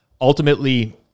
ultimately